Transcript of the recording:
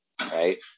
right